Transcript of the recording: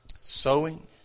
Sowing